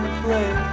play